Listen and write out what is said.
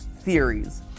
theories